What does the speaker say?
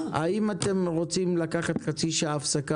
האם אתם רוצים לקחת הפסקה של חצי שעה